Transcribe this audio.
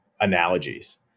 analogies